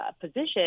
position